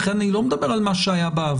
לכן אני לא מדבר על מה שהיה בעבר.